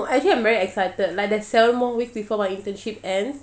no I actually I'm very excited like there's seven more weeks before my internship ends